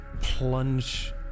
plunge